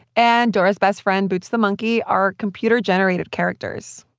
and dora's best friend, boots the monkey, are computer-generated characters.